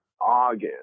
August